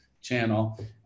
channel